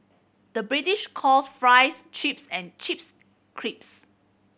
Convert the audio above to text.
the British calls fries chips and chips crisps